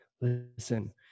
listen